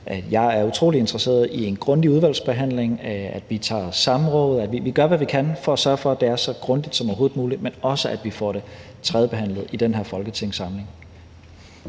jeg er utrolig interesseret i en grundig udvalgsbehandling, at vi tager samråd, og at vi gør, hvad vi kan, for at sørge for, at det sker så grundigt som overhovedet muligt, men også at vi får det tredjebehandlet i den her folketingssamling.